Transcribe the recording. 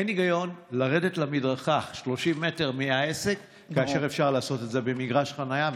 אין היגיון לרדת למדרכה 30 מטר מהעסק כאשר אפשר לעשות את זה במגרש חניה,